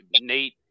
Nate